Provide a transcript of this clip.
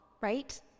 Right